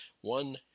one